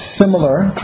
similar